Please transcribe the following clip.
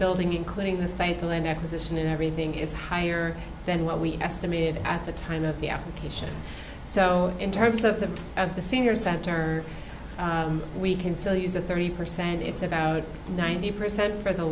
building including the franklin acquisition in everything is higher than what we estimated at the time of the application so in terms of the at the senior center we can still use the thirty percent it's about ninety percent for the